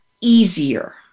easier